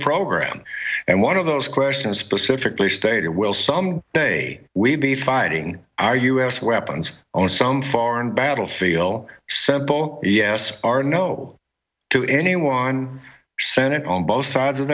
program and one of those questions specifically stated will some day we'd be fighting our u s weapons on some foreign battle feel simple yes or no to anyone senate on both sides of